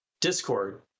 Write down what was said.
discord